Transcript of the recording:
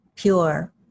pure